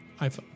iPhone